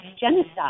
genocide